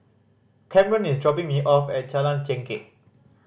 Camren is dropping me off at Jalan Chengkek